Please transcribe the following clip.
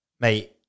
mate